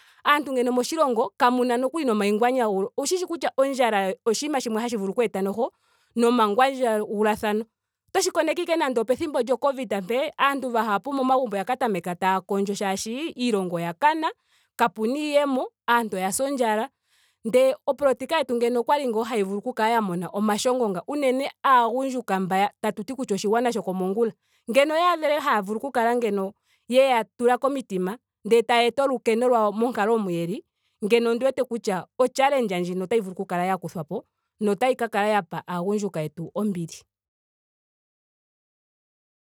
Aantu ngeno moshilongo kamuna nomanganyangulo. owushishi kutya ondjala oshinima shimwe hashi vulu oku eta noho nomangwandjagulathano. Otoshi koneke ashike nando opethimbo lyo covid mpee. aantu oyendji momagumbo oya ka tameka taya kondjo molwaashoka iilonga oya kana. kapena iiyemo. aantu oya sa ondjala. ndee opolitika yetu andola okwali ngaa hayi kala ya moma omashongo nga unene aagundjuka mba tatuti oshigwana shokomongula. ngele oyaadhele ngeno haya vulu ngeno yeya tula komitima. ndele tayeeta olukeno lwawo monkalo moka yeli. ngeno ondi wete kutya o challenge ndjino otayi vulu oku kala ya kuthwapo. notayi ka kala ya pa aagundjuka yetu ombili